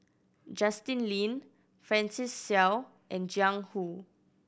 Justin Lean Francis Seow and Jiang Hu